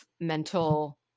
mental